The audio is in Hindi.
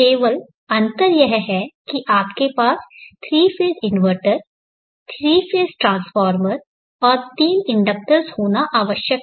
केवल अंतर यह है कि आपके पास 3 फेज़ इन्वर्टर 3 फेज़ ट्रांसफार्मर और 3 इंडक्टर्स होना आवश्यक है